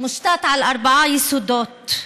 מושתת על ארבעה יסודות,